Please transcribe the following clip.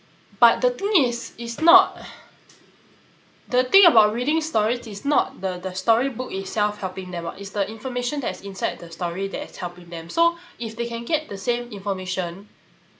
but the thing is is not the thing about reading story is not the storybook itself helping them what it's the information that's inside the story that is helping them so if they can get the same information